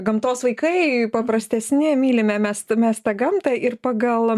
gamtos vaikai paprastesni mylime mes mes tą gamtą ir pagal